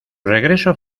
regreso